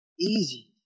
Easy